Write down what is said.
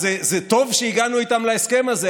אז זה טוב שהגענו איתן להסדר הזה,